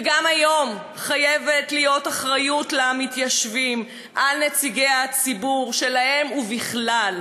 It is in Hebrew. וגם היום חייבת להיות אחריות למתיישבים מנציגי הציבור שלהם ובכלל.